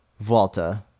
Volta